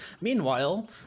Meanwhile